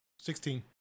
Sixteen